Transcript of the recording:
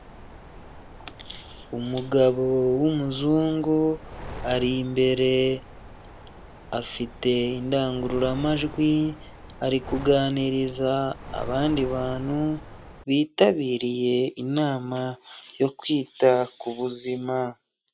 Umugabo w'umuzungu ari imbere afite indangururamajwi ari kuganiriza abandi bantu bitabiriye inama yo kwita ku buzima.